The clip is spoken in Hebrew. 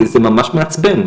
זה ממש מעצבן,